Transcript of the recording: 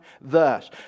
thus